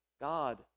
God